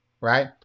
right